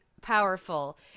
powerful